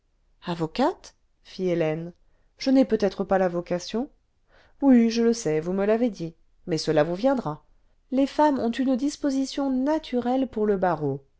avocate fit hélène je n'ai peut-être pas la vocation oui je le sais vous me l'avez dit mais cela vous viendra les femmes ont une disposition naturelle pour le barreau